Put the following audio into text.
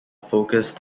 focused